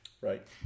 Right